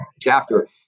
chapter